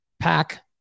Pack